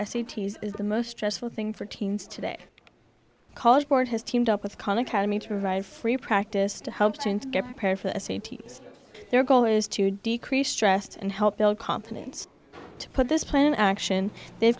t s is the most stressful thing for teens today college board has teamed up with khan academy to provide free practice to help students get prepared for the s a t s their goal is to decrease stress and help build confidence to put this plan of action they've